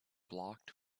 blocked